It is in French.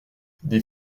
des